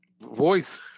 voice